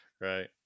right